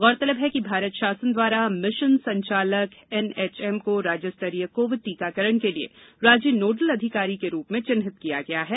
गौरतलब है कि भारत शासन द्वारा मिशन संचालक एनएचएम को राज्य स्तरीय कोविड टीकाकरण के लिये राज्य नोडल अधिकारी के रूप में चिन्हित किया गया है